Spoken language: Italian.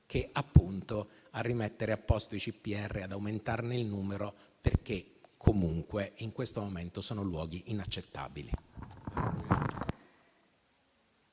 che a rimettere a posto i CPR e ad aumentarne il numero, perché, comunque, in questo momento sono luoghi inaccettabili.